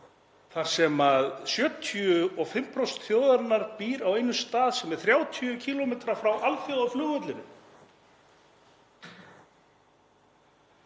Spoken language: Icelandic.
þar sem 75% þjóðarinnar búa á einum stað sem er 30 km frá alþjóðaflugvellinum.